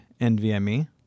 NVMe